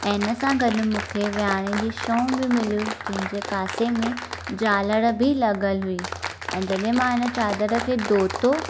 ऐ हिन सां गॾु मूंखे विहाणे जी छऊं बि मिलियूं जंहिंजे पासे में झालड़ बि लॻियलु हूई ऐं जॾहिं मां हिन चादरु खे धोतो